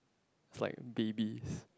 it's like babies